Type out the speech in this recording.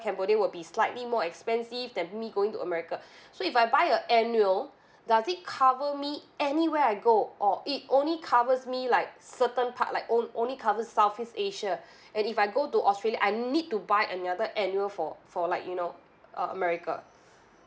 cambodia would be slightly more expensive than me going to america so if I buy an annual does it cover me anywhere I go or it only covers me like certain part like on~ only cover southeast asia and if I go to australia I need to buy another annual for for like you know uh america